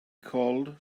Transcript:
called